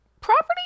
Property